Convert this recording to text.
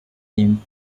theme